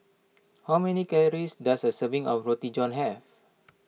how many calories does a serving of Roti John have